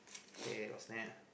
kay what's next